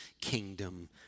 kingdom